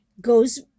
goes